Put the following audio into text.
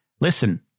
Listen